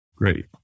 Great